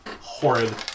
horrid